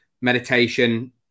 meditation